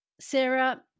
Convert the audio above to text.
Sarah